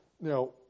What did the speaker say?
Now